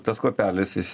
tas kvapelis jis